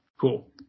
Cool